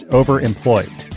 overemployed